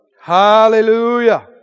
Hallelujah